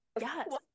Yes